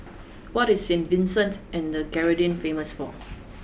what is Saint Vincent and the Grenadines famous for